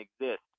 exist